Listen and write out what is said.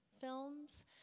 films